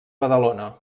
badalona